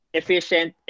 efficient